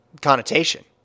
connotation